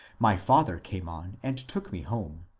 my father came on and took me home.